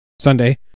Sunday